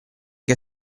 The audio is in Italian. che